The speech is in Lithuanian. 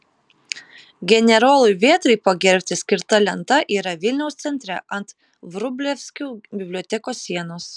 generolui vėtrai pagerbti skirta lenta yra vilniaus centre ant vrublevskių bibliotekos sienos